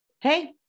Hey